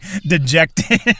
dejected